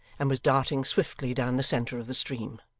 and was darting swiftly down the centre of the stream.